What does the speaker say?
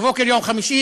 בבוקר יום חמישי,